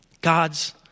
God's